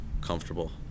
comfortable